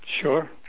Sure